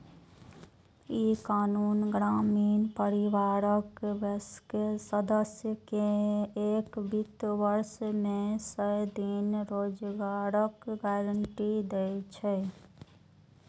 ई कानून ग्रामीण परिवारक वयस्क सदस्य कें एक वित्त वर्ष मे सय दिन रोजगारक गारंटी दै छै